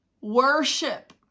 worship